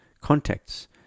contacts